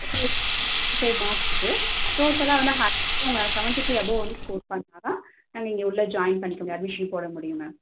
மார்க்ஸ்க்கு டோட்டலாக வந்து seventy five above வந்து ஸ்கோர் பண்ணால் தான் நாங்கள் இங்கே உள்ளே ஜாயின் பண்ணிக்க முடியும் அட்மிஷன் போட முடியும் மேம்